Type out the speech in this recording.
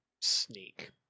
sneak